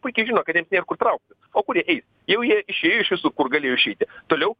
puikiai žino kad jiems nėr kur trauktis o kur jie eis jau jie išėjo iš visur kur galėjo išeiti toliau